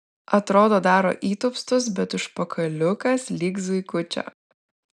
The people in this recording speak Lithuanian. atrodo daro įtūpstus bet užpakaliukas lyg zuikučio